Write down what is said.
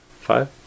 Five